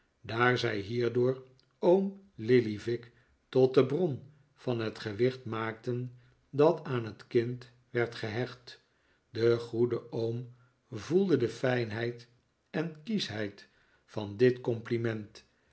daar zij hierdoor oom lillyvick tot de bron van het gewicht maakten dat aan het kind werd gehecht de goede oom voelde de fijnheid en kieschheid van dit compliment